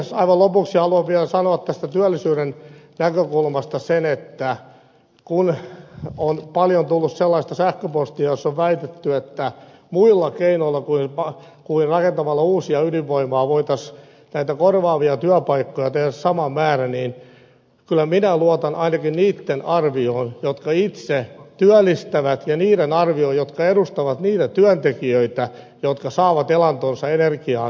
aivan lopuksi haluan vielä sanoa tästä työllisyyden näkökulmasta sen että kun on paljon tullut sellaista sähköpostia jossa on väitetty että muilla keinoilla kuin rakentamalla uusia ydinvoimaloita voitaisiin näitä korvaavia työpaikkoja tehdä sama määrä niin kyllä minä luotan ainakin niiden arvioon jotka itse työllistävät ja niiden arvioon jotka edustavat niitä työntekijöitä jotka saavat elantonsa energiaan perustuvasta teollisuudesta